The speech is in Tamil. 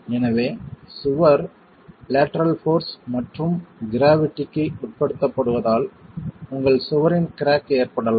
எனவே சுவர் லேட்டரல் போர்ஸ் மற்றும் க்ராவிட்டிக்கு உட்படுத்தப்படுவதால் உங்கள் சுவரின் கிராக் ஏற்படலாம்